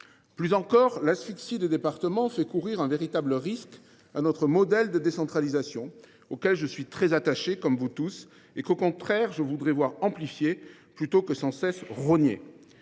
Plus encore, l’asphyxie des départements fait courir un véritable risque à notre modèle de décentralisation, auquel je suis, comme vous tous, très attaché et que je voudrais voir amplifié plutôt que rogné sans cesse.